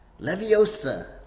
Leviosa